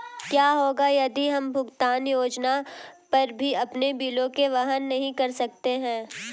क्या होगा यदि हम भुगतान योजना पर भी अपने बिलों को वहन नहीं कर सकते हैं?